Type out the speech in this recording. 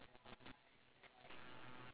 the earth water fire air